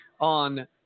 on